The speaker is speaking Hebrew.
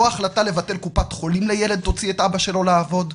לא החלטה לבטל קופת חולים לילד תוציא את אבא שלו לעבוד.